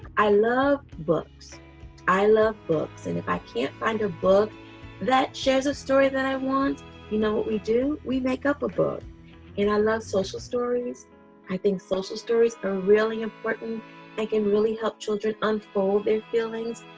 i love books i love books and if i can't find a book that shares a story that i want you know what we do? we make up a book and i love social stories i think social stories are really important i can really help children unfold their feelings.